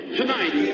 tonight